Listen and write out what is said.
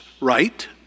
right